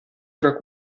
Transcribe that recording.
tra